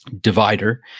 Divider